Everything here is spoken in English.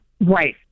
Right